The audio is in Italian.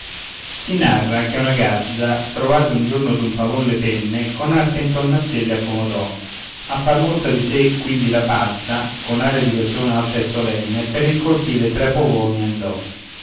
si narra che una gazza trovate un giorno d'un pavon le penne con arte intorno a sé le accomodò a far mostra di sé quindi la pazza con aria di persona alta e solenne per il cortile e tra i pavoni andò